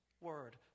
word